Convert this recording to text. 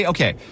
Okay